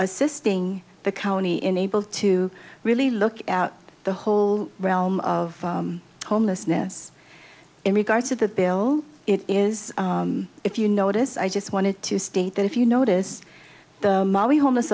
assisting the county in able to really look out the whole realm of homelessness in regards to the bill it is if you notice i just wanted to state that if you notice the homeless